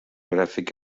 gràfic